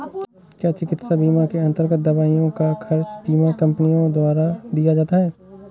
क्या चिकित्सा बीमा के अन्तर्गत दवाइयों का खर्च बीमा कंपनियों द्वारा दिया जाता है?